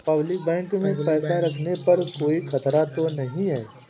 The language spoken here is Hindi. पब्लिक बैंक में पैसा रखने पर कोई खतरा तो नहीं है?